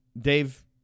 Dave